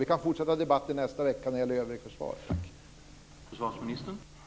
Vi kan fortsätta debatten nästa vecka när det gäller försvaret i övrigt.